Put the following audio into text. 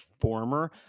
former